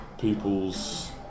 people's